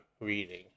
reading